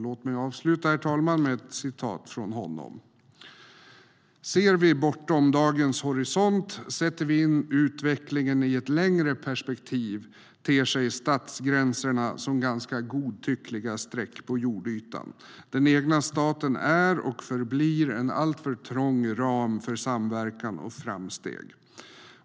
Låt mig, herr talman, avsluta med ett citat från honom: "Ser vi bortom dagens horisont, sätter vi in utvecklingen i ett längre perspektiv ter sig statsgränserna som ganska godtyckliga streck på jordytan. Den egna staten är och förblir en alltför trång ram för samverkan och framsteg.